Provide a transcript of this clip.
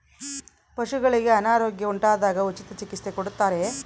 ಪಶುಗಳಿಗೆ ಅನಾರೋಗ್ಯ ಉಂಟಾದಾಗ ಉಚಿತ ಚಿಕಿತ್ಸೆ ಕೊಡುತ್ತಾರೆಯೇ?